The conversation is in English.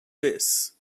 this